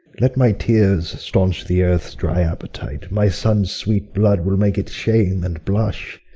let my tears stanch the earth's dry appetite my sons' sweet blood will make it shame and blush.